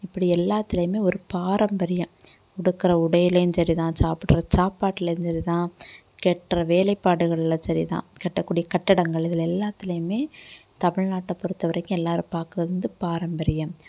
இப்படி எல்லாத்துலேயுமே ஒரு பாரம்பரியம் உடுக்கிற உடையிலேயும் சரி தான் சாப்பிட்ற சாப்பாட்டுலேயும் சரி தான் கட்டற வேலைப்பாடுகளில் சரி தான் கட்ட கூடிய கட்டடங்கள் இதில் எல்லாத்துலேயுமே தமிழ்நாட்டை பொறுத்தவரைக்கும் எல்லோரும் பார்க்கறது வந்து பாரம்பரியம்